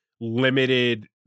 limited